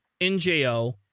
NJO